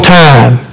time